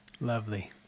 Lovely